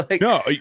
No